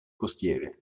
costiere